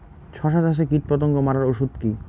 শসা চাষে কীটপতঙ্গ মারার ওষুধ কি?